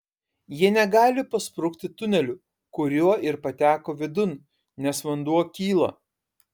jie negali pasprukti tuneliu kuriuo ir pateko vidun nes vanduo kyla